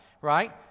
right